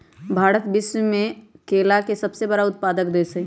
भारत विश्व में केला के सबसे बड़ उत्पादक देश हई